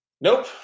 Nope